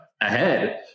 ahead